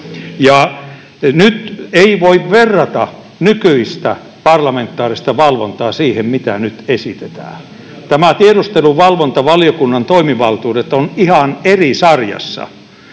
nyt ei voi verrata nykyistä parlamentaarista valvontaa siihen, mitä nyt esitetään. Tämän tiedusteluvalvontavaliokunnan toimivaltuudet ovat ihan eri sarjassa,